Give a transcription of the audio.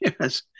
Yes